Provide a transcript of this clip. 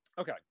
Okay